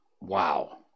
wow